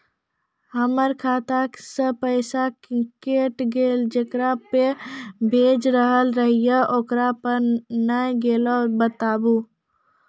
हमर खाता से पैसा कैट गेल जेकरा पे भेज रहल रहियै ओकरा पे नैय गेलै बताबू?